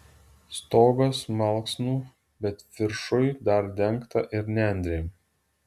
stogas malksnų bet viršuj dar dengta ir nendrėm